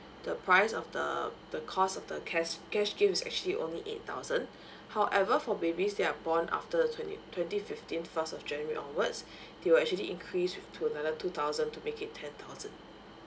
the price of the the cost of the cash cash gift is actually only eight thousand however for babies that are born after the twenty twenty fifteen first of january onwards they will actually increase it to another two thousand to make it ten thousand